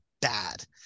bad